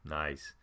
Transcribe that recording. nice